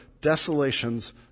Desolations